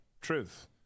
truth